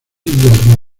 del